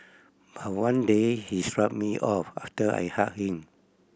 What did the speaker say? but one day he shrugged me off after I hugged him